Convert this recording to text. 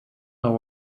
know